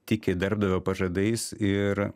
tiki darbdavio pažadais ir